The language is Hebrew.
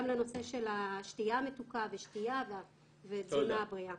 לנושא של השתייה המתוקה והתזונה הבריאה.